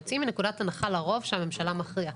יוצאים מנקודת הנחה לרוב שהממשלה מכריעה.